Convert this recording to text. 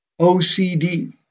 OCD